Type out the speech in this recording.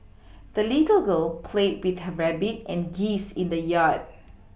the little girl played with her rabbit and geese in the yard